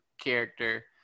character